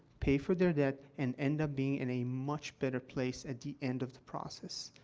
pay for their debt, and end up being in a much better place at the end of the process.